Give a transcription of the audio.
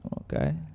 Okay